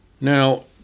Now